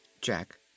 Jack